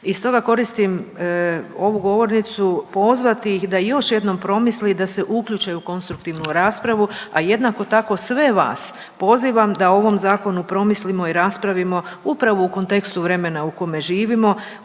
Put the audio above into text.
i stoga koristim ovu govornicu pozvati ih da još jednom promisli i da se uključe u konstruktivnu raspravu, a jednako tako sve vas pozivam da o ovom Zakonu promislimo i raspravimo upravo u kontekstu vremena u kojem živimo,